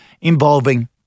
involving